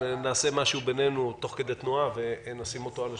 נעשה משהו בינינו תוך כדי תנועה ונשים אותו על השולחן.